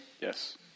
yes